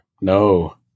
no